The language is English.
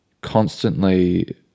constantly